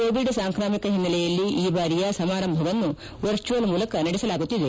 Covid ಸಾಂಕ್ರಾಮಿಕ ಹಿನ್ನೆಲೆಯಲ್ಲಿ ಈ ಬಾರಿಯ ಸಮಾರಂಭವನ್ನು ವರ್ಚುವಲ್ ಮೂಲಕ ನಡೆಸಲಾಗುತ್ತಿದೆ